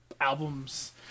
albums